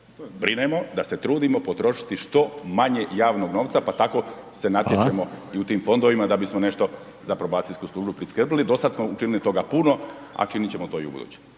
brinemo, da se trudimo potrošiti što manje javnog novca pa tako se natječemo i u tim fondovima da bismo nešto za probacijsku službu priskrbili, dosad smo učinili toga puno a činit ćemo to i ubuduće.